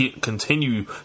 continue